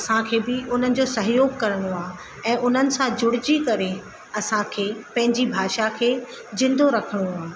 असां खे बि उन्हनि जो सहयोग करिणो आहे ऐं उन्हनि सां जुड़जी करे असांखे पंहिंजी भाषा खे ज़िंदो रखिणो आहे